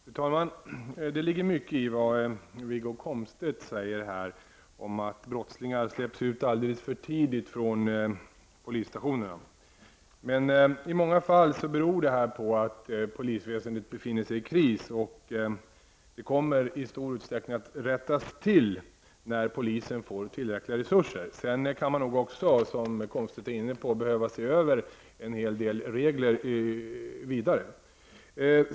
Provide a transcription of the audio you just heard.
Fru talman! Det ligger mycket i vad Wiggo Komstedt säger om att brottslingar släpps ut alldeles för tidigt från polisstationerna. Det beror i många fall på att polisväsendet befinner sig i en kris. Men läget kommer till stor del att rättas till när polisen får tillräckliga resurser. Sedan kan man nog, som Komstedt är inne på, behöva se över en hel del regler vidare.